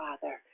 Father